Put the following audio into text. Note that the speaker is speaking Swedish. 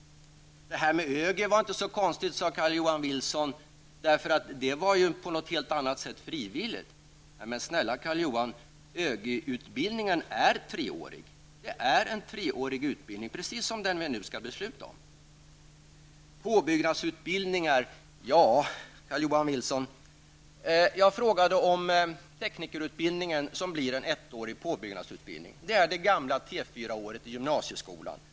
Det här med ÖGY var inte så konstigt, sade Carl Johan Wilson. Det var ju frivilligt på ett helt annat sätt. Men snälla Carl-Johan Wilson. ÖGY utbildningen är treårig, precis som den utbildning som vi nu skall besluta om! Jag frågade om teknikerutbildningen som blir en ettårig påbyggnadsutbildning, vilket motsvarar det gamla T4-året i gymnasieskolan.